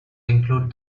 include